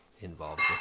involved